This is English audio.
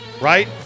Right